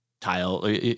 tile